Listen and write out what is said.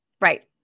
right